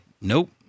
nope